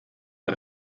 der